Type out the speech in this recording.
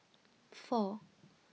four